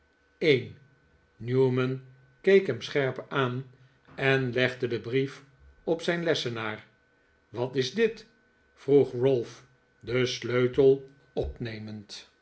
een newman keek hem scherp aan en legde den brief op zijn lessenaar wat is dit vroeg ralph den sleutel opnemend